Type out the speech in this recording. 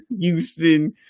Houston